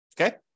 Okay